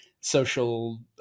social